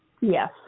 Yes